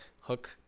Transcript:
hook